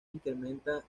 incrementa